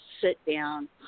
sit-down